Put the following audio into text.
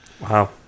Wow